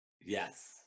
yes